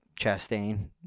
Chastain